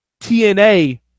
TNA